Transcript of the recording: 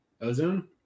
Ozone